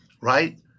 right